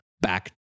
back